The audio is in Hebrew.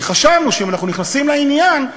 כי חשבנו שאם אנחנו נכנסים לעניין,